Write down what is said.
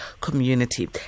community